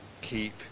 keep